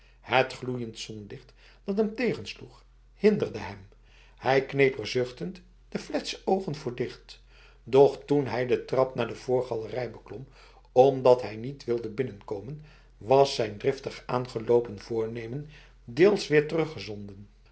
het gloeiend zonlicht dat hem tegensloeg hinderde hem hij kneep er zuchtend de fletse ogen voor dicht doch toen hij de trap naar de voorgalerij beklom omdat hij niet achter wilde binnenkomen was zijn driftig aangelopen voornemen deels weer